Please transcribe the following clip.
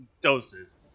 doses